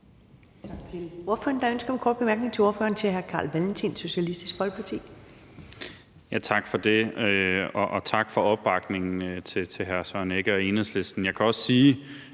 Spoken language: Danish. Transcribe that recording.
Tak til ordføreren. Der er ønske om en kort bemærkning til ordføreren fra hr. Carl Valentin, Socialistisk Folkeparti. Kl. 14:19 Carl Valentin (SF): Tak for det. Og tak til hr. Søren Egge Rasmussen